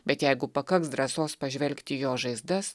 bet jeigu pakaks drąsos pažvelgti į jo žaizdas